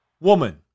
Woman